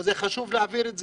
אבל חשוב להעביר את זה.